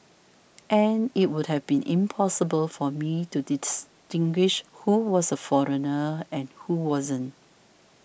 and it would have been impossible for me to distinguish who was a foreigner and who wasn't